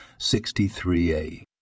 63a